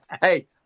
Hey